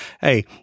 Hey